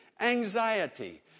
anxiety